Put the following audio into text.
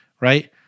right